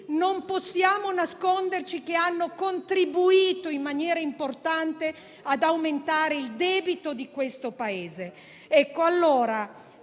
non possiamo nasconderci che hanno contribuito in maniera importante ad aumentare il debito del Paese. Ricordo